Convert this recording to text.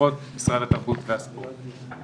תמיכות משרד התרבות והספורט.